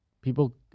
people